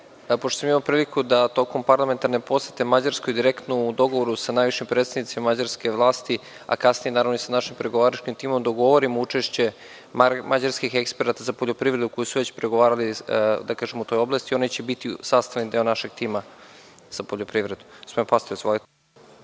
pošto sam imao priliku da prilikom parlamentarne posete Mađarskoj u direktnom dogovoru sa najvišim predstavnicima mađarske vlasti, a kasnije i sa našim pregovaračkim timom dogovorim učešće mađarskih eksperata za poljoprivredu koje su već pregovarali u toj oblasti, oni će biti sastavni deo našeg tima za poljoprivredu. Gospodine Pastor izvolite.